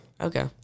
Okay